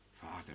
Father